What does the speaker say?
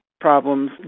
problems